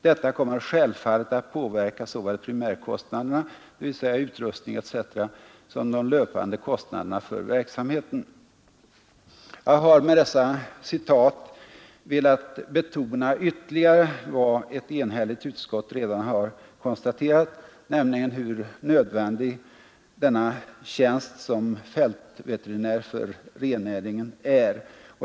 Detta kommer självfallet att påverka såväl primärkostnaderna som de löpande kostnaderna för verksamheten.” Jag har med detta citat velat betona ytterligare vad ett enhälligt utskott redan har konstaterat, nämligen hur nödvändig denna tjänst som fältveterinär för rennäringen är.